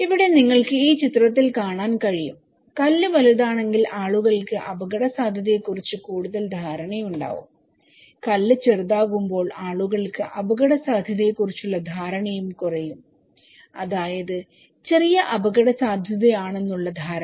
ഇവിടെ നിങ്ങൾക്ക് ഈ ചിത്രത്തിൽ കാണാൻ കഴിയും കല്ല് വലുതാണെങ്കിൽ ആളുകൾക്ക് അപകടസാധ്യതയെക്കുറിച്ച് കൂടുതൽ ധാരണയുണ്ടാവും കല്ല് ചെറുതാകുമ്പോൾ ആളുകൾക്ക് അപകടസാധ്യതയെ കുറിച്ചുള്ള ധാരണയും കുറയുംഅതായത് ചെറിയ അപകടസാധ്യതയാണെന്നുള്ള ധാരണ